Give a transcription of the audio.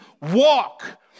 walk